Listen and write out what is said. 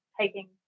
taking